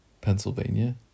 Pennsylvania